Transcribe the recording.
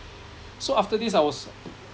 so after this I was